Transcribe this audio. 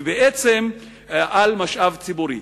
ובעצם על משאב ציבורי.